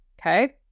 Okay